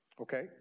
Okay